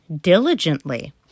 diligently